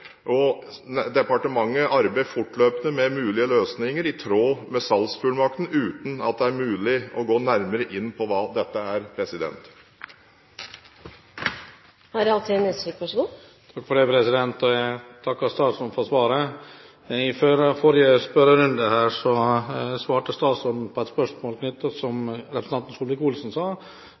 departementet arbeider fortløpende med mulige løsninger i tråd med salgsfullmakten, uten at det er mulig å gå nærmere inn på hva dette er.